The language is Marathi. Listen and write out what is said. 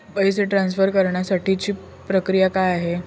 पैसे ट्रान्सफर करण्यासाठीची प्रक्रिया काय आहे?